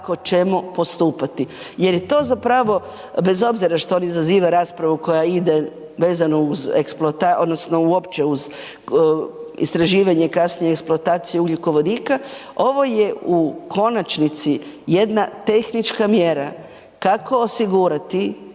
kako ćemo postupati jer to zapravo bez obzira što on izaziva raspravu koja ide vezano uz eksploataciju odnosno uopće uz istraživanje kasnije eksploataciju ugljikovodika, ovo je u konačnici jedna tehnička mjera kako osigurati